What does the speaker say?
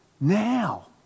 Now